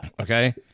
Okay